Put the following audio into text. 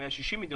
או 160 מדינות.